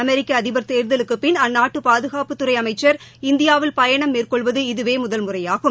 அமெரிக்க அதிபா் தேர்தலுக்குப் பிள் அந்நாட்டு பாதுகாப்புத்துறை அமம்ன் இந்தியாவில் பயணம் மேற்கொள்வது இதவே முதல் முறையாகும்